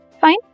Fine